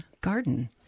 Garden